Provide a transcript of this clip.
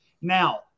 now